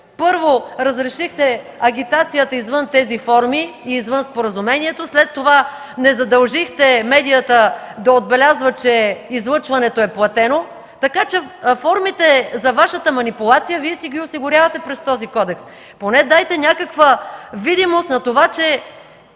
Първо, разрешихте агитацията извън тези форми и извън споразумението, след това не задължихте медията да отбелязва, че излъчването е платено, така че си осигурявате формите за Вашата манипулация с този кодекс. Поне дайте някаква видимост на това, че